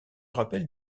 rappelle